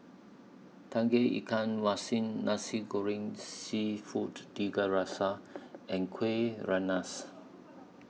Tauge Ikan Nasi Goreng Seafood Tiga Rasa and Kueh Rengas